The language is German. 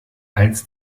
als